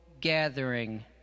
gathering